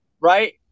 right